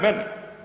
Mene?